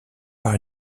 par